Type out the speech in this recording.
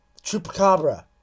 chupacabra